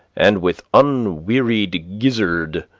and with unwearied gizzard,